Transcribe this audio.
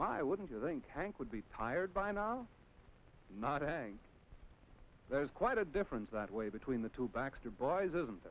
my wouldn't you think hank would be tired by now not a there's quite a difference that way between the two baxter brize isn't